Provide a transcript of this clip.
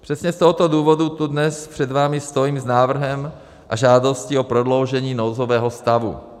Přesně z tohoto důvodu tu dnes před vámi stojím s návrhem a žádostí o prodloužení nouzového stavu.